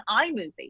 iMovie